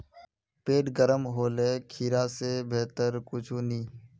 पेट गर्म होले खीरा स बेहतर कुछू नी